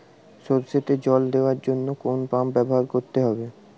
সরষেতে জল দেওয়ার জন্য কোন পাম্প ব্যবহার করতে হবে?